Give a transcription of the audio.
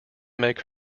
make